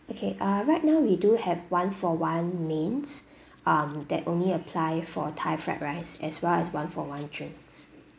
okay ah right now we do have one-for-one mains um that only apply for thai fried rice as well as one-for-one drinks